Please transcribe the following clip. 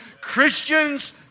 Christians